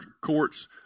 courts